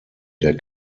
der